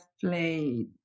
played